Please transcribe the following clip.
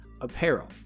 Apparel